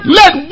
let